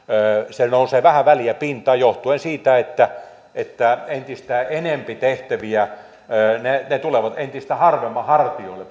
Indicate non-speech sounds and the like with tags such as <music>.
se nousee vähän väliä pintaan johtuen siitä että että entistä enempi tehtäviä tulee entistä harvemman hartioille <unintelligible>